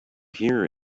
here